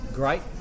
Great